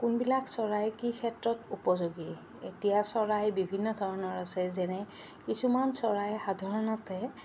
কোনবিলাক চৰাইৰ কি ক্ষেত্ৰত উপযোগী এতিয়া চৰাই বিভিন্ন ধৰণৰ আছে যেনে কিছুমান চৰাই সাধাৰণতে